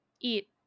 eat